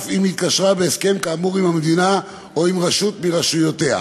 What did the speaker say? אף אם התקשרה בהסכם כאמור עם המדינה או עם רשות מרשויותיה.